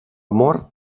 mort